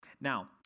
Now